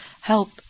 help